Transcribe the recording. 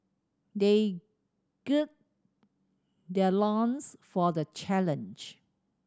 they gird their loins for the challenge